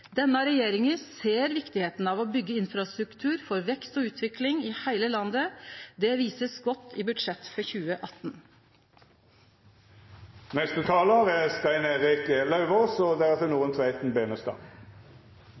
Denne regjeringa ser kor viktig det er å byggje infrastruktur for vekst og utvikling i heile landet. Det er godt synleg i budsjettet for 2018. Dette er